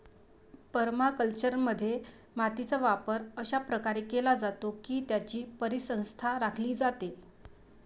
परमाकल्चरमध्ये, मातीचा वापर अशा प्रकारे केला जातो की त्याची परिसंस्था राखली जाते